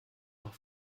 auf